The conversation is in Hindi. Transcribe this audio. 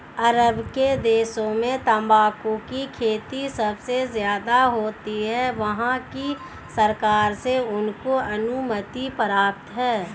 अरब के देशों में तंबाकू की खेती सबसे ज्यादा होती है वहाँ की सरकार से उनको अनुमति प्राप्त है